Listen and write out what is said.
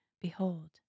Behold